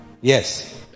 Yes